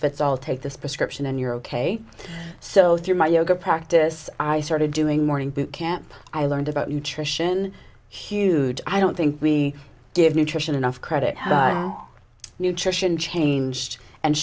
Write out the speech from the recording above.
fits all take this prescription and you're ok so through my yoga practice i started doing morning boot camp i learned about nutrition huge i don't think we give nutrition enough credit nutrition changed and